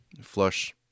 flush